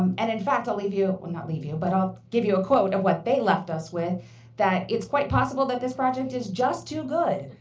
and in fact, i'll leave you well, not leave you, but i'll give you a quote of what they left us with that it's quite possible that this project is just too good.